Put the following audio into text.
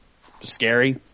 scary